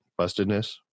Bustedness